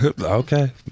Okay